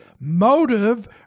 motive